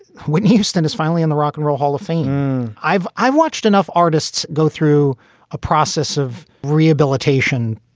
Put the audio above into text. when houston is finally in the rock and roll hall of fame, i've i've watched enough artists go through a process of rehabilitation,